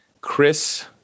Chris